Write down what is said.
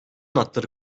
hakları